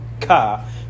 car